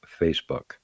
Facebook